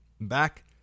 back